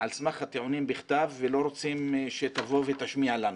על סמך הטיעונים בכתב ולא רוצים שתבוא ותשמיע לנו.